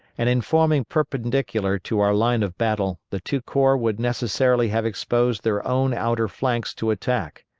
and in forming perpendicular to our line of battle the two corps would necessarily have exposed their own outer flanks to attack.